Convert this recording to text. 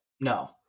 No